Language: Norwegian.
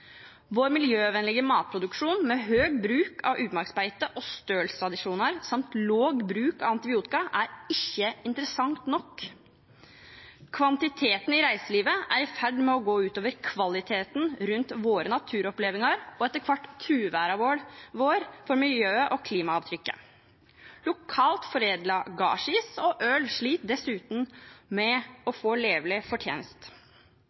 Vår miljøvennlige matproduksjon med omfattende bruk av utmarksbeite og stølstradisjoner samt lite bruk av antibiotika er ikke interessant nok. Kvantiteten i reiselivet er i ferd med å gå ut over kvaliteten på våre naturopplevelser og etter hvert troverdigheten vår når det gjelder miljøet og klimaavtrykket. Lokalt foredlet gardsis og øl sliter dessuten med å